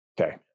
Okay